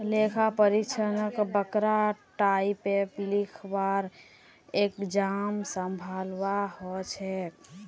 लेखा परीक्षकक बरका टाइपेर लिखवार एग्जाम संभलवा हछेक